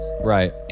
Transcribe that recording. right